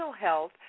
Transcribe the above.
health